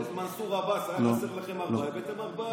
את מנסור עבאס, היו חסרים לכם ארבעה, הבאתם ארבעה.